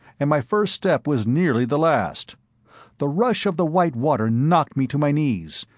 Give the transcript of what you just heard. and my first step was nearly the last the rush of the white water knocked me to my knees,